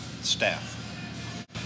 staff